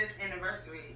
anniversary